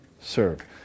serve